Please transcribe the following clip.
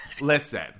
Listen